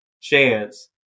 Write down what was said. chance